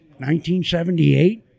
1978